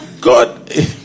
God